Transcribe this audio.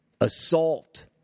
assault